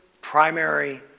primary